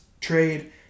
trade